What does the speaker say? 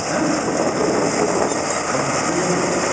হ্যাঁ অত আর বিক্রি করব কতয়